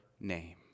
name